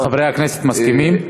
חברי הכנסת מסכימים?